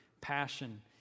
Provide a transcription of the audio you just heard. passion